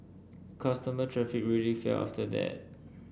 customer traffic really fell after that